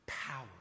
Power